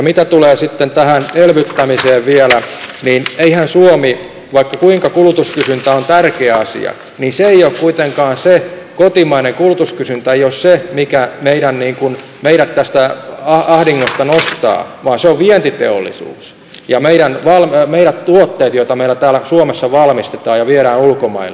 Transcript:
mitä tulee sitten tähän elvyttämiseen vielä niin vaikka kuinka kulutuskysyntä on tärkeä asia niin kotimainen kulutuskysyntä ei ole kuitenkaan se mikä meidät tästä ahdingosta nostaa vaan se on vientiteollisuus ja meidän tuotteet joita meillä täällä suomessa valmistetaan ja viedään ulkomaille